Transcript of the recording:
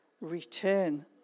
return